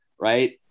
right